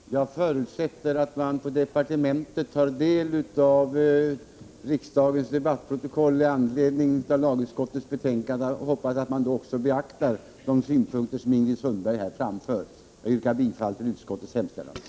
Herr talman! Jag förutsätter att man inom departementet tar del av riksdagens protokoll från debatten om lagutskottets betänkande och hoppas att man då också beaktar de synpunkter som Ingrid Sundberg här framför. Jag yrkar bifall till utskottets hemställan.